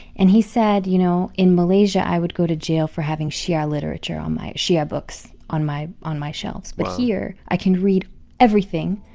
and he said, you know, in malaysia, i would go to jail for having shia literature on my shia books on my on my shelves wow but here, i can read everything.